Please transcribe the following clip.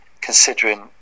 considering